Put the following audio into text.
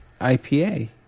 ipa